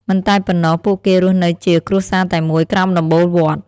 មិនតែប៉ុណ្ណោះ ពួកគេរស់នៅជាគ្រួសារតែមួយក្រោមដំបូលវត្ត។